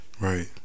right